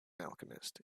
alchemist